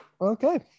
Okay